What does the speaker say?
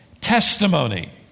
testimony